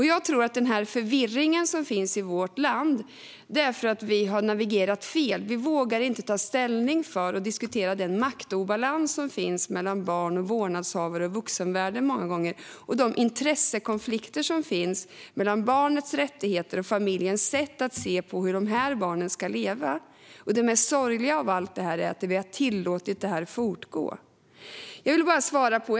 Jag tror att den förvirring som finns i vårt land beror på att vi har navigerat fel. Vi vågar inte ta ställning och diskutera den maktobalans som många gånger finns mellan å ena sidan barn och å andra sidan vårdnadshavare och vuxenvärlden eller de intressekonflikter som finns mellan barnets rättigheter och familjens sätt att se på hur barnen ska leva. Det mest sorgliga av allt är att vi har tillåtit det här fortgå. Jag vill svara på det som sagts från Sverigedemokraterna.